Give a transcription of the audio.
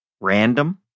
random